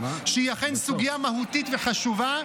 שהיא אכן סוגיה מהותית וחשובה,